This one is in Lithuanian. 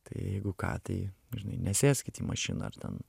tai jeigu ką tai žinai nesėskit į mašiną ar ten